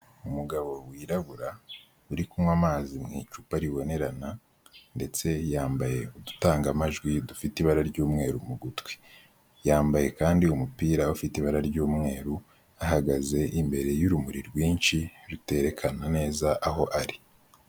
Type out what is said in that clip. Umugabo wirabura uri kunywa amazi mu icupa ribonerana, ndetse yambaye udutangamajwi dufite ibara ry'umweru mu gutwi. Yambaye kandi umupira ufite ibara ry'umweru ahagaze imbere y'urumuri rwinshi ruterekana neza aho ari.